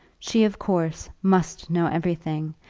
she of course must know everything,